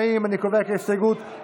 קבוצת סיעת יהדות התורה וקבוצת סיעת